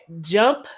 jump